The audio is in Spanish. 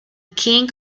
king